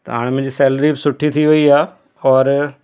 त हाणे मुंहिंजी सैलरी बि सुठी थी वेई आहे और